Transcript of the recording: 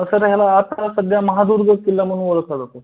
तर सर ह्याला आता सध्या महादुर्ग किल्ला म्हणून ओळखला जातो